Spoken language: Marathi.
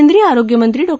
केंद्रीय आरोग्यमंत्री डॉ